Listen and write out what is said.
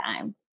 time